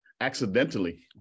Accidentally